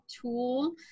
tool